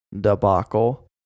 debacle